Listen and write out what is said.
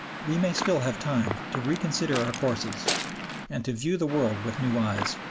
we may still have time to reconsider our courses and to view the world with new eyes.